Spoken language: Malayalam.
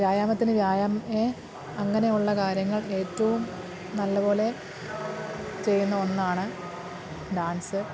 വ്യായാമത്തിന് വ്യായാമം ഏ അങ്ങനെയുള്ള കാര്യങ്ങൾ ഏറ്റവും നല്ലപോലെ ചെയ്യുന്ന ഒന്നാണ് ഡാൻസ്